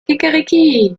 kikeriki